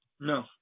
No